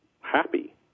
happy